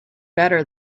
better